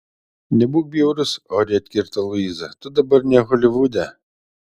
nebūk bjaurus oriai atkirto luiza tu dabar ne holivude